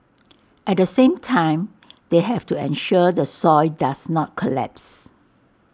at the same time they have to ensure the soil does not collapse